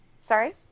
Sorry